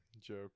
joke